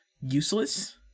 useless